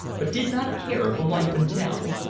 but did not care for life in town.